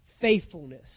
faithfulness